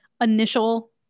initial